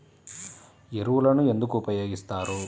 ఎరువులను ఎందుకు ఉపయోగిస్తారు?